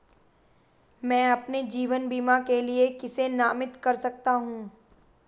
मैं अपने जीवन बीमा के लिए किसे नामित कर सकता हूं?